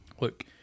Look